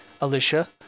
Alicia